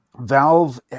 Valve